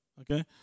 okay